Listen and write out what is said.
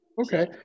Okay